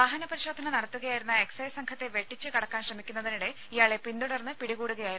വാഹന പരിശോധന നടത്തുകയായിരുന്ന എക്സൈസ് സംഘത്തെ വെട്ടിച്ച് കടക്കാൻ ശ്രമിക്കുന്നതിനിടെ ഇയാളെ പിന്തുടർന്ന് പിടികൂടുകയായിരുന്നു